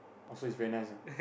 also it's very nice lah